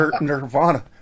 Nirvana